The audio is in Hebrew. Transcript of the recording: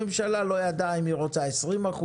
הממשלה לא ידעה אם היא רוצה 20%,